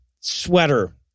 sweater